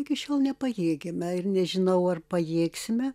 iki šiol nepajėgiame ir nežinau ar pajėgsime